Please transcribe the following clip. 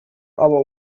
aber